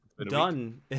done